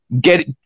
get